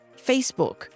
Facebook